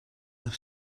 have